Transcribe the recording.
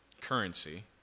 currency